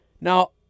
Now